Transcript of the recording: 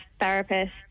therapist